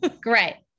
Great